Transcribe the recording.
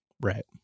Right